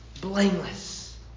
blameless